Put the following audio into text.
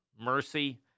Mercy